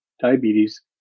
Diabetes